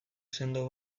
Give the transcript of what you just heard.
sendo